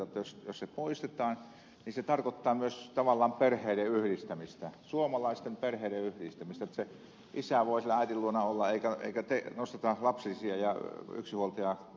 jos se poistetaan se tarkoittaa myös tavallaan perheiden yhdistämistä suomalaisten perheiden yhdistämistä että se isä voi siellä äidin luona olla eikä nosteta lapsilisiä ja yksinhuoltaja avustuksia